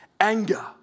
anger